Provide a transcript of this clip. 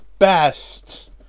best